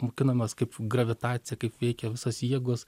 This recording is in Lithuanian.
mokinamės kaip gravitacija kaip veikia visos jėgos